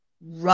Right